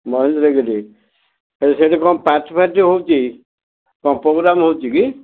ମହେନ୍ଦ୍ରଗିରିରେ ହେଲେ ସେଠି କ'ଣ ପାର୍ଟି ଫାର୍ଟି ହେଉଛି କ'ଣ ପ୍ରୋଗ୍ରାମ ହେଉଛି କି